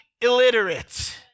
illiterate